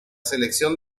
selección